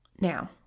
Now